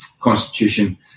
Constitution